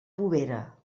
bovera